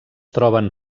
troben